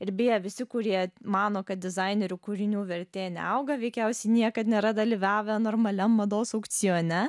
ir beje visi kurie mano kad dizainerių kūrinių vertė neauga veikiausiai niekad nėra dalyvavę normaliam mados aukcione